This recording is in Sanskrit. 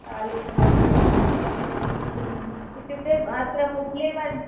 तालूक् भवति वा ह इत्युक्ते अत्र हुब्लि म